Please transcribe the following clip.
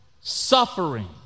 suffering